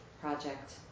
Project